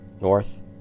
north